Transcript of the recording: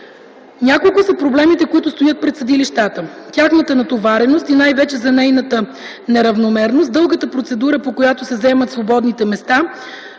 Няколко са проблемите, които стоят пред съдилищата: тяхната натовареност и най-вече за нейната неравномерност; дългата процедура, по която се заемат свободните места;